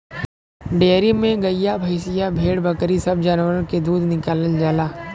dairy में गइया भईंसिया भेड़ बकरी सब जानवर के दूध निकालल जाला